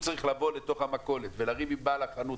צריך לבוא למכולת ולריב עם בעל החנות,